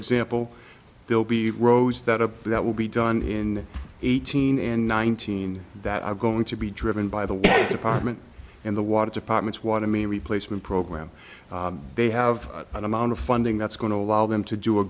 example they'll be roads that are that will be done in eighteen and nineteen that are going to be driven by the department and the water departments want to mean replacement program they have an amount of funding that's going to allow them to do a